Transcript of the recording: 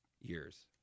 years